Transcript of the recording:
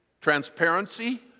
transparency